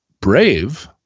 brave